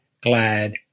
glad